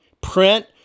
print